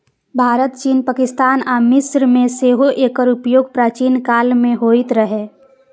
भारत, चीन, पाकिस्तान आ मिस्र मे सेहो एकर उपयोग प्राचीन काल मे होइत रहै